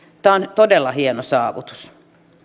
tämä on todella hieno saavutus